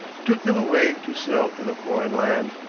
who took them away to sell in a foreign land.